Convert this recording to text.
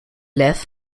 left